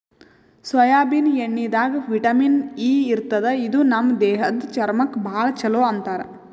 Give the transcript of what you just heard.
soybean ಎಣ್ಣಿದಾಗ್ vitamin E ಇರ್ತದ್ ಇದು ನಮ್ ದೇಹದ್ದ್ ಚರ್ಮಕ್ಕಾ ಭಾಳ್ ಛಲೋ ಅಂತಾರ್